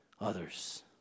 others